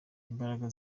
imbaraga